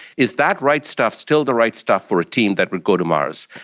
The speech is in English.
is that right stuff still the right stuff for a team that would go to mars?